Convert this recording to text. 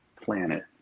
planet